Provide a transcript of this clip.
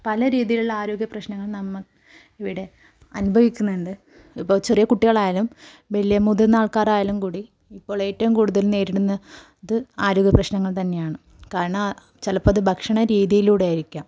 പല രീതിയിലുള്ള ആരോഗ്യപ്രശ്നങ്ങൾ നമുക്ക് ഇവിടെ അനുഭവിക്കുന്നുണ്ട് ഇപ്പോൾ ചെറിയ കുട്ടികളായാലും വലിയ മുതിർന്ന ആൾക്കാരായാലും കൂടി ഇപ്പോൾ ഏറ്റവും കൂടുതൽ നേരിടുന്ന ത് ആരോഗ്യപ്രശ്നങ്ങൾ തന്നെയാണ് കാരണം ചിലപ്പോൾ അത് ഭക്ഷണ രീതിയിലൂടെ ആയിരിക്കാം